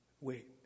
Wait